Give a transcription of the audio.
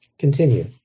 Continue